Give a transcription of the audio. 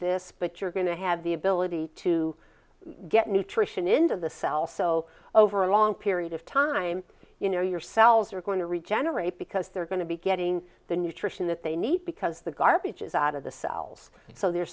this but you're going to have the ability to get nutrition into the cell so over a long period of time you know your cells are going to regenerate because they're going to be getting the nutrition that they need because the garbage is out of the cells so the